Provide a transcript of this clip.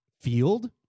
field